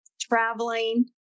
traveling